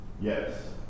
yes